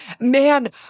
Man